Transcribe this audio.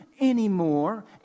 anymore